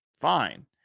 fine